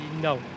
No